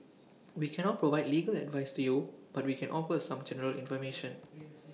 we cannot provide legal advice to you but we can offer some general information